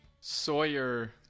Sawyer